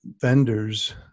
vendors